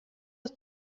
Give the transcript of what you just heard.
aus